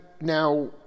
now